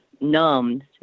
numbed